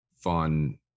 fun